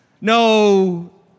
no